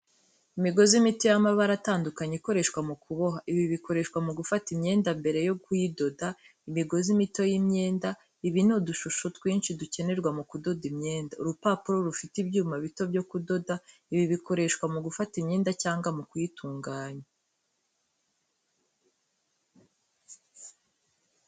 Imigozi mito y’amabara atandukanye ikoreshwa mu kuboha, ibi bikoreshwa mu gufata imyenda mbere yo kuyidoda. Imigozi mito y’imyenda. Ibi ni udushusho twinshi dukenerwa mu kudoda imyenda. Urupapuro rufite ibyuma bito byo kudoda, ibi bikoreshwa mu gufata imyenda cyangwa mu kuyitunganya.